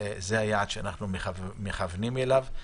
זה היעד שאנחנו מכוונים אליו.